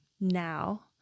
now